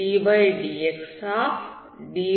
dydx1xddz